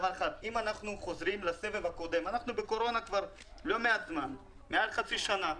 אנחנו בקורונה כבר מעל חצי שנה, לא מעט זמן.